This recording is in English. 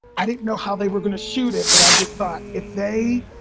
i didn't know how they were gonna shoot it, but i just thought if they